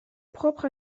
propres